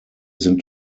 sind